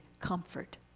comfort